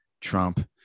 Trump